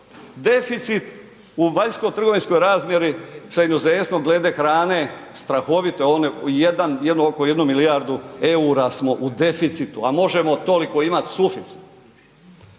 Deficit u vanjsko-trgovinskoj razmjeri sa inozemstvom glede hrane strahovito, oko 1 milijardu eura smo u deficitu a možemo toliko imati suficit.